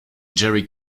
jerry